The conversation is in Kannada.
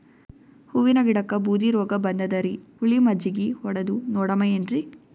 ಹೂವಿನ ಗಿಡಕ್ಕ ಬೂದಿ ರೋಗಬಂದದರಿ, ಹುಳಿ ಮಜ್ಜಗಿ ಹೊಡದು ನೋಡಮ ಏನ್ರೀ?